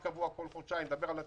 קבוע כל חודשיים אני מדבר על עצמאים.